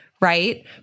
right